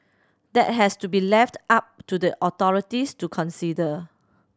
that has to be left up to the authorities to consider